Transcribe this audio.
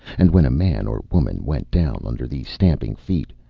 and when a man or woman went down under the stamping feet,